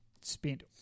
spent